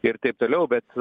ir taip toliau bet